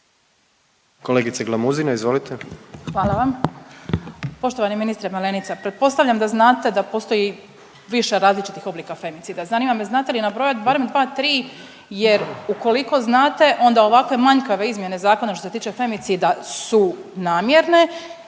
Katica (Socijaldemokrati)** Hvala vam. Poštovani ministre Malenica, pretpostavljam da znate da postoji više različitih oblika femicida. Zanima me znate li nabrojat barem 2-3 jer ukoliko znate onda ovakve manjkave izmjene zakona što se tiče femicida su namjerne,